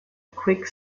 quick